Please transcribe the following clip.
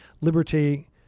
liberty